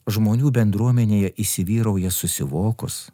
žmonių bendruomenėje įsivyrauja susivokus